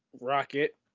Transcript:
Rocket